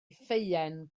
ffeuen